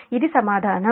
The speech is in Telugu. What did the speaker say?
ఇది సమాధానం